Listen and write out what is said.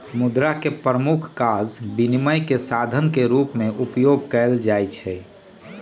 मुद्रा के प्रमुख काज विनिमय के साधन के रूप में उपयोग कयल जाइ छै